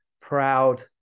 proud